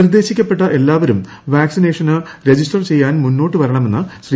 നിർദ്ദേശിക്കപ്പെട്ട എല്ലാവരും വാക്സിനേഷന് രജിസ്റ്റർ ചെയ്യാൻ മുന്നോട്ട് വരണമെന്ന് ശ്രീ